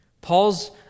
Paul's